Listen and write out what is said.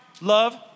love